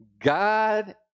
God